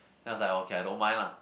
then I was like okay I don't mind lah